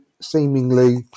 seemingly